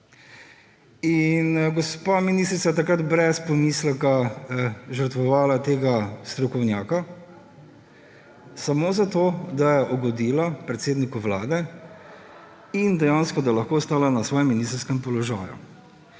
gospa ministrica je takrat brez pomisleka žrtvovala tega strokovnjaka samo zato, da je ugodila predsedniku Vlade in da je dejansko lahko ostala na svojem ministrskem položaju.